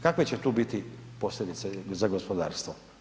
Kakve će tu biti posljedice za gospodarstvo?